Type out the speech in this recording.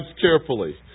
carefully